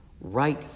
right